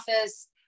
office